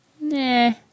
Nah